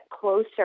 closer